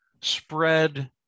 spread